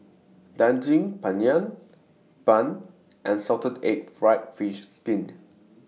Daging Penyet Bun and Salted Egg Fried Fish Skin